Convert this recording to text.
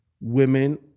women